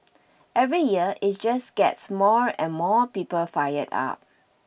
every year it just gets more and more people fired up